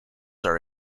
are